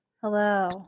hello